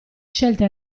scelta